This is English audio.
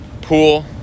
Pool